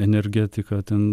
energetiką ten